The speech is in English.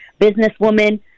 businesswoman